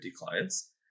clients